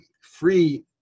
free